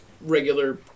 regular